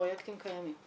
פרויקטים קיימים.